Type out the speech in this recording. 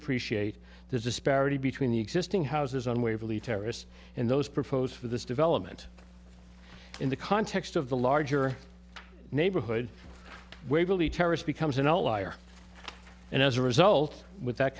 appreciate the disparity between the existing houses on waverly terrorists and those proposed for this development in the context of the larger neighborhood waverley terrorist becomes an outlier and as a result with that